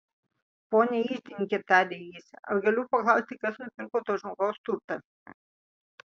pone iždininke tarė jis ar galiu paklausti kas nupirko to žmogaus turtą